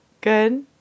good